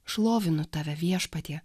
šlovinu tave viešpatie